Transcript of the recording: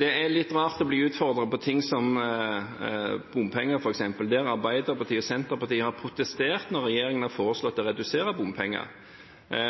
Det er litt rart å bli utfordret på ting som f.eks. bompenger der Arbeiderpartiet og Senterpartiet har protestert når regjeringen har foreslått å redusere bompenger,